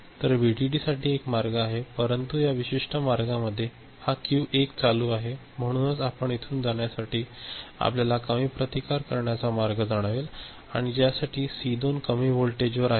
तर व्हीडीडी साठी येथे एक मार्ग आहे परंतु हा विशिष्ट मार्गामध्ये हा क्यू 1 चालू आहे म्हणूनच आपण येथून जाण्यासाठी आपल्याला कमी प्रतिकार करण्याचा मार्ग जाणवेल आणि ज्यासाठी हा सी 2 कमी व्होल्टेज वर आहे